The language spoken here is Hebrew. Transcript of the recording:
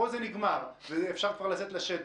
פה זה נגמר ואפשר כבר לצאת לשטח.